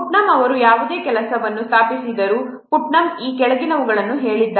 Putnam ಅವರು ಯಾವುದೋ ಕೆಲಸವನ್ನು ಸ್ಥಾಪಿಸಿದರು ಪುಟ್ನಮ್ ಈ ಕೆಳಗಿನವುಗಳನ್ನು ಹೇಳಿದ್ದಾರೆ